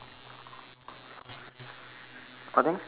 what thing